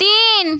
তিন